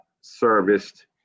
serviced